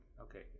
okay